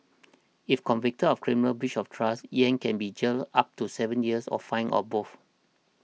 if convicted of criminal breach of trust Yang can be jailed up to seven years or fined or both